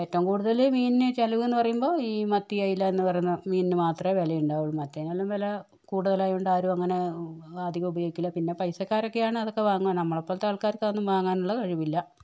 ഏറ്റവും കൂടുതൽ മീനിന് ചിലവെന്ന് പറയുമ്പൊ ഈ മത്തി അയല എന്ന് പറയുന്ന മീനിന് മാത്രമേ വിലയുണ്ടാവുകയുള്ളൂ മറ്റേതിനെക്കാളും വില കൂടുതലായതുകൊണ്ട് ആരും അങ്ങനെ അധികം ഉപയോഗിക്കില്ല പിന്നെ പൈസക്കാരൊക്കെയാണ് അതൊക്കെ വാങ്ങുക നമ്മളെപ്പോലത്തെ ആൾക്കാർക്ക് അതൊന്നും വാങ്ങാനുള്ള കഴിവില്ല